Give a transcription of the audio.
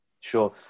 Sure